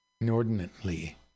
inordinately